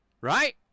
right